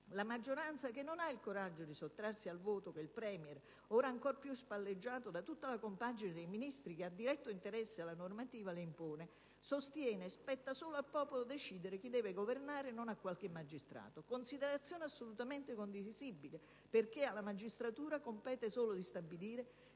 La maggioranza, che non ha il coraggio di sottrarsi al voto che il *Premier* (ora ancor più spalleggiato da tutta la compagine dei Ministri, che ha diretto interesse alla normativa) le impone, sostiene che spetta solo al popolo decidere chi deve governare, e non a qualche magistrato. Considerazione assolutamente condivisibile, poiché alla magistratura compete solo di stabilire